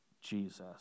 Jesus